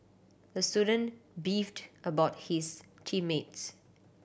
the student beefed about his team mates